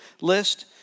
list